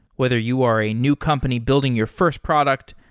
whether you are a new company building your first product,